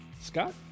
Scott